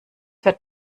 wird